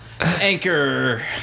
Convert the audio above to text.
anchor